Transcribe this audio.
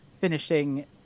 finishing